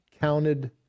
counted